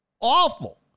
Awful